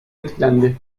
etkilendi